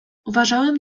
uważałem